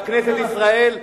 בכנסת ישראל,